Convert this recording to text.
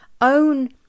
own